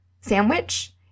sandwich